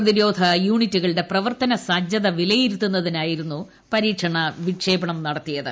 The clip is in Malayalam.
പ്രതിരോധ യൂണിറ്റുകളുടെ പ്രവർത്തന സജ്ജത വിലയിരുത്തുന്നതിനായിരുന്നു പരീക്ഷണ വിക്ഷേപണം നടത്തിയത്